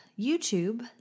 YouTube